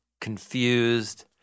confused